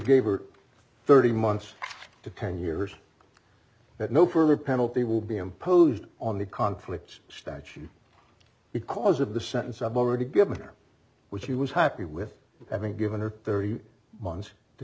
gave her thirty months to ten years that no further penalty will be imposed on the conflict statute because of the sentence i'm already given her which she was happy with having given her thirty